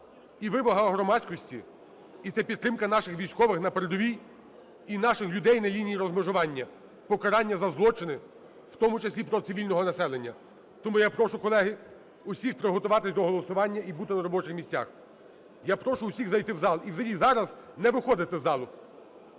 і вимога громадськості, і це підтримка наших військових на передовій і наших людей на лінії розмежування, покарання за злочини, в тому числі проти цивільного населення. Тому я прошу, колеги, усіх приготуватись до голосування і бути на робочих місцях. Я прошу усіх зайти в зал і зараз не виходити з залу.